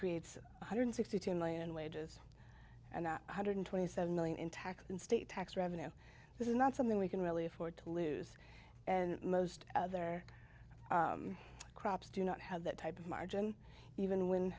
creates one hundred sixty two million wages and one hundred twenty seven million in tax in state tax revenue this is not something we can really afford to lose and most other crops do not have that type of margin even when